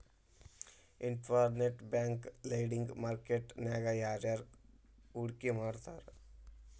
Internet bank lending market ನ್ಯಾಗ ಯಾರ್ಯಾರ್ ಹೂಡ್ಕಿ ಮಾಡ್ತಾರ?